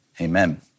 Amen